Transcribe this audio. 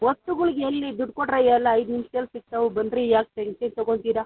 ವಸ್ತುಗಳಿಗೆ ಎಲ್ಲಿ ದುಡ್ಡು ಕೊಟ್ಟರೆ ಎಲ್ಲ ಐದು ನಿಮಿಷ್ದಲ್ಲಿ ಸಿಕ್ತವು ಬನ್ನಿರಿ ಏಕೆ ಟೆನ್ಶನ್ ತಗೊಳ್ತೀರ